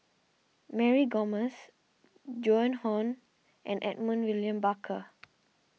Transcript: Mary Gomes Joan Hon and Edmund William Barker